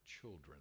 children